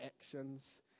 actions